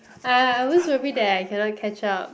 I I always worry that I cannot catch up